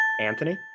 Anthony